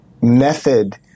method